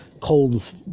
Cold's